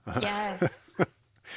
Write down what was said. Yes